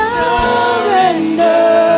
surrender